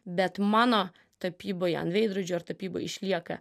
bet mano tapyboje an veidrodžio ir tapyboj išlieka